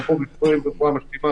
גם ברפואה המשלימה